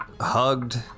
hugged